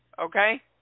Okay